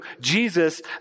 Jesus